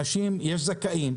יש זכאים.